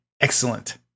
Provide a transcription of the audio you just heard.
Excellent